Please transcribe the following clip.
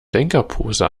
denkerpose